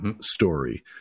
story